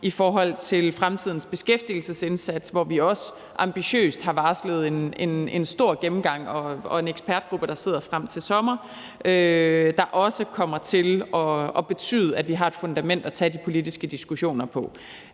i forhold til fremtidens beskæftigelsesindsats, hvor vi også ambitiøst har varslet en stor gennemgang og nedsat en ekspertgruppe, der skal sidde frem til sommer, og som også kommer til at betyde, at vi har et fundament at tage de politiske diskussioner på.